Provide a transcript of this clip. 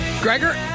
Gregor